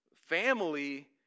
family